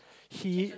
he